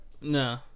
No